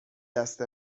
دست